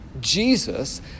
Jesus